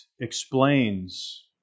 explains